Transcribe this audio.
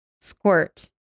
squirt